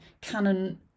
canon